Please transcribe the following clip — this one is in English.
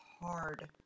hard